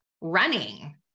running